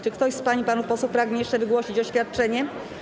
Czy ktoś z pań i panów posłów pragnie jeszcze wygłosić oświadczenie?